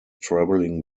traveling